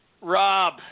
Rob